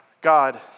God